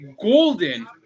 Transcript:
golden